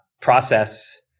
process